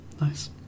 nice